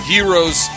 Heroes